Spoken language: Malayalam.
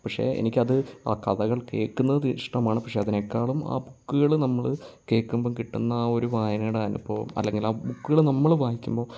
പക്ഷേ എനിക്ക് അത് ആ കഥകൾ കേൾക്കുന്നത് ഇഷ്ടമാണ് പക്ഷേ അതിനെക്കാളും ആ ബുക്കുകൾ നമ്മൾ കേൾക്കുമ്പോൾ കിട്ടുന്ന ആ ഒരു വായനയുടെ അനുഭവം അല്ലെങ്കിൽ ആ ബുക്കുകൾ നമ്മൾ വായിക്കുമ്പോൾ